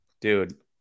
dude